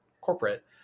corporate